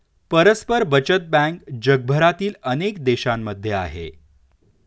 परस्पर बचत बँक जगभरातील अनेक देशांमध्ये आहे